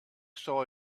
saw